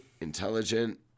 intelligent